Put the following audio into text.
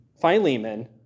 Philemon